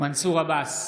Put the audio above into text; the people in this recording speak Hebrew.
מנסור עבאס,